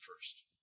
first